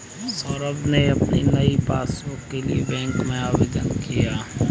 सौरभ ने अपनी नई पासबुक के लिए बैंक में आवेदन किया